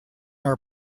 are